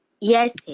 Yes